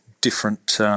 different